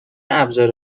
ابزار